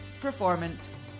performance